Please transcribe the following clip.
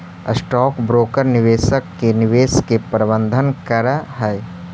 stock broker निवेशक के निवेश के प्रबंधन करऽ हई